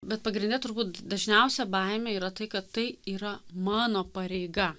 bet pagrinde turbūt dažniausia baimė yra tai kad tai yra mano pareiga